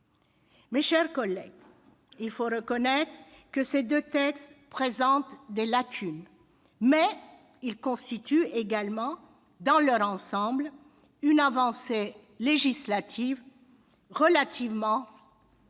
Mes chers collègues, il faut reconnaître que ces deux textes présentent des lacunes. Mais ils constituent également, dans leur ensemble, une avancée législative relativement importante